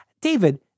David